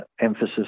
emphasis